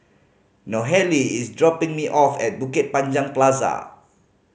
Nohely is dropping me off at Bukit Panjang Plaza